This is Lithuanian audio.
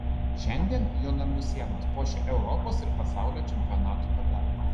šiandien jo namų sienas puošia europos ir pasaulio čempionatų medaliai